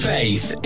Faith